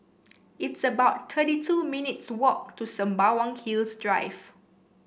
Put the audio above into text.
it's about thirty two minutes walk to Sembawang Hills Drive